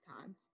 time